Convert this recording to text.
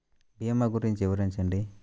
భీమా గురించి వివరించండి?